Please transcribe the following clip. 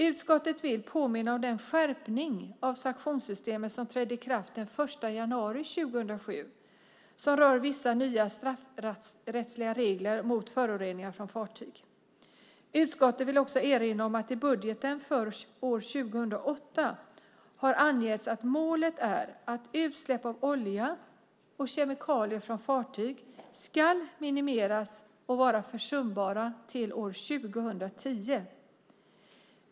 Utskottet vill påminna om den skärpning av sanktionssystemet som trädde i kraft den 1 januari 2007 och rör vissa nya straffrättsliga regler mot föroreningar från fartyg. Utskottet vill också erinra om att i budgeten för år 2008 har angetts att målet är att utsläpp av olja och kemikalier från fartyg ska minimeras och vara försumbara till år 2010.